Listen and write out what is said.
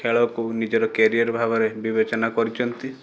ଖେଳକୁ ନିଜର କ୍ୟାରିୟର୍ ଭାବରେ ବିବେଚନା କରିଛନ୍ତି